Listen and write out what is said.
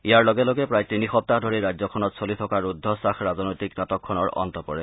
ইয়াৰ লগে লগে প্ৰায় তিনি সপ্তাহ ধৰি ৰাজ্যখনত চলি থকা ৰুদ্ধধাস ৰাজনৈতিক নাটকখনৰ অন্ত পৰে